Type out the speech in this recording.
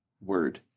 word